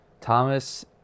Thomas